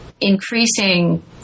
increasing